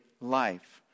life